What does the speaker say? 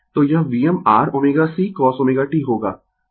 तो यह Vm r ω C cosω t होगा